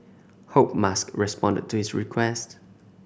hope Musk responded to his request